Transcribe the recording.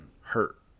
Hurt